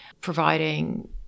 providing